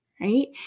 right